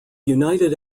united